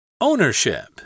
Ownership